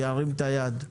שירים את היד.